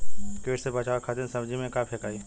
कीट से बचावे खातिन सब्जी में का फेकाई?